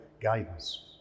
guidance